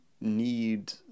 need